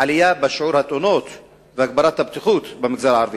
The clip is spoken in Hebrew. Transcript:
העלייה בשיעור התאונות והגברת הבטיחות במגזר הערבי?